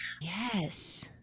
Yes